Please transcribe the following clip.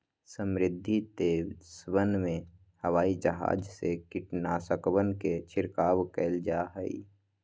समृद्ध देशवन में हवाई जहाज से कीटनाशकवन के छिड़काव कइल जाहई